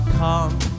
come